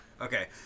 Okay